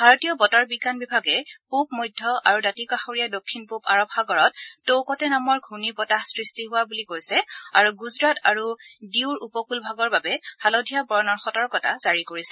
ভাৰতীয় বতৰ বিজ্ঞান বিভাগে পূব মধ্য আৰু দাঁতিকাষৰীয়া দক্ষিণ পূব আৰব সাগৰত টৌকতে নামৰ ঘূৰ্ণীবতাহ সৃষ্টি হোৱা বুলি কৈছে আৰু গুজৰাট আৰু ডিউৰ উপকূল ভাগৰ বাবে হালধীয়া বৰণৰ সতৰ্কতা জাৰি কৰিছে